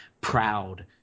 proud